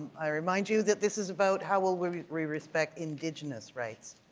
i remind you that this is about how will will we respect indigenous rights?